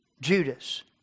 Judas